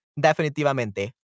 Definitivamente